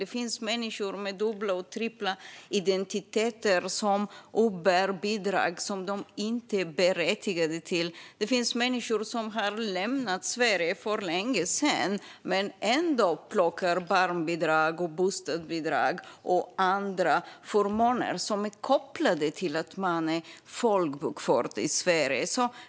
Det finns människor med dubbla och trippla identiteter som uppbär bidrag de inte är berättigade till. Det finns människor som har lämnat Sverige för länge sedan men ändå plockar barnbidrag, bostadsbidrag och andra förmåner som är kopplade till att man är folkbokförd i Sverige.